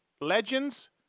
Legends